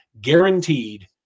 guaranteed